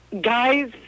guys